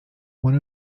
one